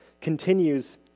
continues